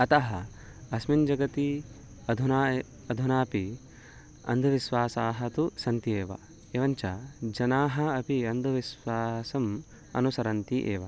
अतः अस्मिन् जगति अधुना अधुनापि अन्धविश्वासाः तु सन्ति एव एवञ्च जनाः अपि अन्धविश्वासम् अनुसरन्ति एव